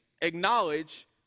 acknowledge